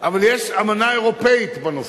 יש אמנה אירופית בנושא,